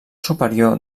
superior